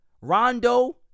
Rondo